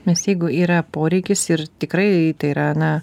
nes jeigu yra poreikis ir tikrai tai yra na